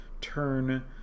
turn